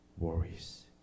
worries